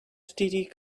std